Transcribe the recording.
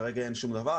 כרגע אין שום דבר.